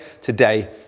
today